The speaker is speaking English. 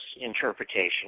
interpretation